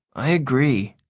i agree,